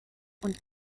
und